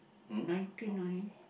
nineteen only